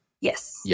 Yes